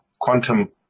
Quantum